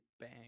bang